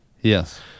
Yes